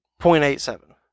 0.87